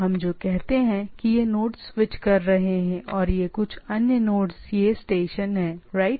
हम जो कहते हैं कि ये नोड्स स्विच कर रहे हैं और ये कुछ अन्य नोड्स ये स्टेशन हैं राइट